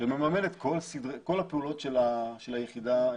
שמממן את כול הפעולות של היחידה בשטח.